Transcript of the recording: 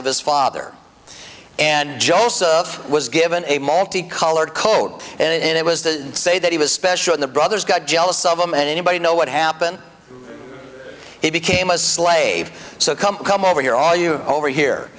of his father and joe also of was given a multi colored coat and it was to say that he was special in the brothers got jealous of him and anybody know what happened he became a slave so come come over here are you over here